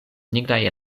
nigraj